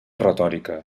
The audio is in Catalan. retòrica